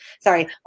Sorry